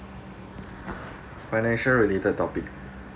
financial related topic